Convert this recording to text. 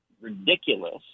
ridiculous